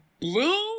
blue